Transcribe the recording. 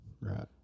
right